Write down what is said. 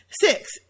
Six